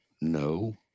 No